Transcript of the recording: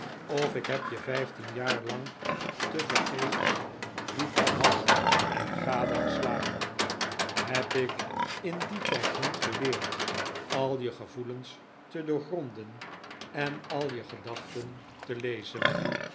of ik heb je vijftien jaar lang tevergeefs lief gehad en gadegeslagen heb ik in dien tijd niet geleerd al je gevoelens te doorgronden en al je gedachten te lezen